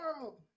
world